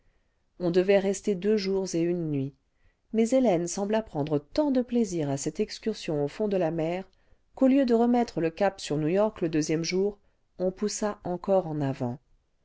on devait rester deux jours et une nuit mais hélène sembla prendre tant de plaisir à cette excursion au fond de la mer qu'au lieu de remettre le cap sur new-york le deuxième jour on poussa encore en avant